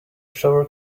shower